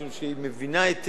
משום שהיא מבינה היטב,